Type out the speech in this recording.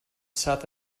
south